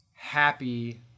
happy